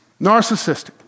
Narcissistic